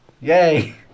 Yay